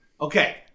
Okay